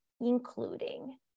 including